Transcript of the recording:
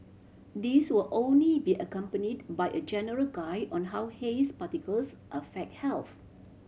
these will only be accompanied by a general guide on how haze particles affect health